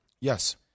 Yes